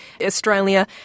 Australia